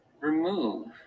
remove